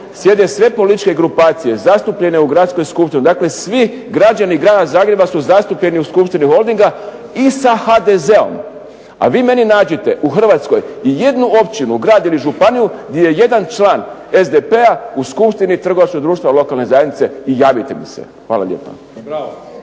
Sjede sve političke grupacije zastupljene u gradskoj skupštini, dakle svi građani Grada Zagreba su zastupljeni u skupštini holdinga i sa HDZ-om. A vi meni nađite u Hrvatskoj jednu općinu, grad ili županiju gdje je jedan član SDP-a u Skupštini trgovačkog društva lokalne zajednice i javite mi se. Hvala lijepa.